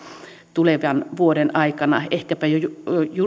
tulevan vuoden aikana ehkäpä jo jo